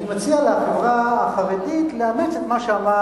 אני מציע לחברה החרדית לאמץ את מה שאמר